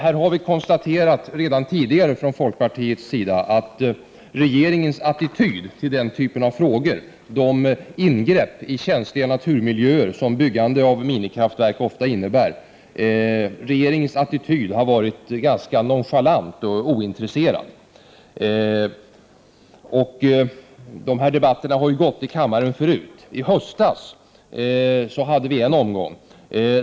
Här har vi redan tidigare från folkpartiets sida konstaterat att regeringens attityd till den typen av frågor, de ingrepp i känsliga naturmiljöer som byggande av minikraftverk ofta innebär, har varit ganska nonchalant och ointresserad. Dessa debatter har förts i kammaren förut. I höstas hade vi en omgång.